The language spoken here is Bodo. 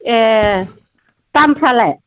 ए दामफ्रालाय